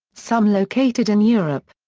some located in europe.